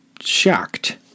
shocked